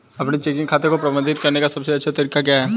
अपने चेकिंग खाते को प्रबंधित करने का सबसे अच्छा तरीका क्या है?